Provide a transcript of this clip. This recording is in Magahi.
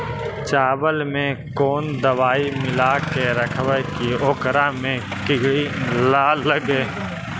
चावल में कोन दबाइ मिला के रखबै कि ओकरा में किड़ी ल लगे?